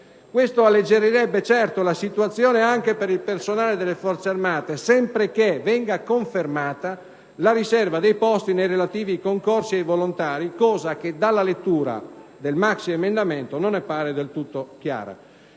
Questo alleggerirebbe, certo, la situazione anche per il personale delle Forze armate, sempre che venga confermata la riserva dei posti nei relativi concorsi ai volontari, cosa che dalla lettura del maxiemendamento non appare del tutto chiara.